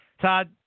Todd